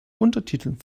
untertiteln